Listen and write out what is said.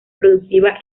productiva